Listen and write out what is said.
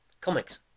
comics